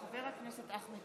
חבר הכנסת אחמד